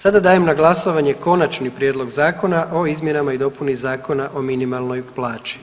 Sada dajem na glasovanje Konačni prijedlog Zakona o izmjeni i dopuna Zakona o minimalnoj plaći.